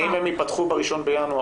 האם הם ייפתחו בראשון בינואר,